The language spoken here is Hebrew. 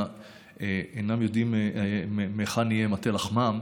אינם יודעים מהיכן יהיה מטה לחמם,